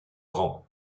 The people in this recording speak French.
grand